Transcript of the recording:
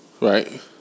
Right